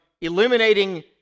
eliminating